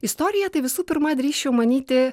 istoriją tai visų pirma drįsčiau manyti